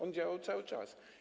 On działał cały czas.